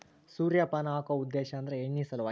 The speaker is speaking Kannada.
ಸೂರ್ಯಪಾನ ಹಾಕು ಉದ್ದೇಶ ಅಂದ್ರ ಎಣ್ಣಿ ಸಲವಾಗಿ